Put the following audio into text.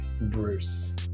Bruce